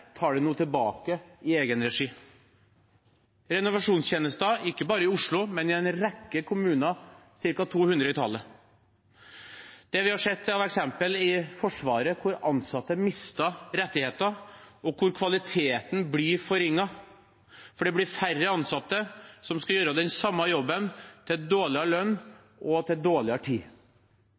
tar det nå tilbake i egen regi, som renovasjonstjenester, ikke bare i Oslo, men i en rekke kommuner – ca. 200 i tallet. Vi har sett eksempler fra Forsvaret, der ansatte har mistet rettigheter, og hvor kvaliteten blir forringet fordi det blir færre ansatte som skal gjøre den samme jobben til dårligere lønn og på kortere tid.